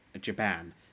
Japan